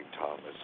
Thomas